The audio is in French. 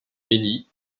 heli